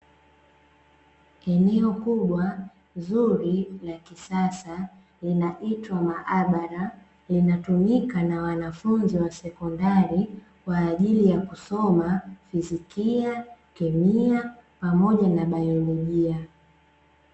Eneo kubwa zuri la kisasa, linaitwa maabara, linatumika na wanafunzi wa sekondari, kwa ajili ya kusoma fizikia, kemia pamoja na baiolojia.